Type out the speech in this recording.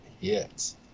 Yes